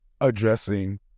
addressing